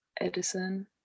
Edison